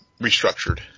restructured